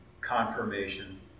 confirmation